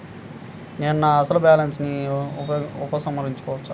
నేను నా అసలు బాలన్స్ ని ఉపసంహరించుకోవచ్చా?